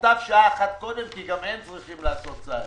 מוטב שעה אחת קודם כי גם הם צריכים לעשות צעדים.